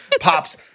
Pops